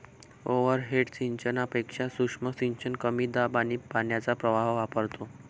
overhead सिंचनापेक्षा सूक्ष्म सिंचन कमी दाब आणि पाण्याचा प्रवाह वापरतो